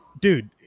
dude